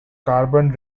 carbon